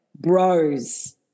bros